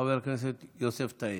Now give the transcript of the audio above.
חבר הכנסת יוסף טייב.